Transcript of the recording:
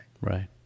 Right